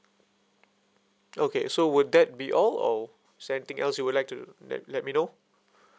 okay so would that be all or is there anything else you would like to let let me know